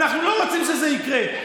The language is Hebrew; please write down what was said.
ואנחנו לא רוצים שזה יקרה.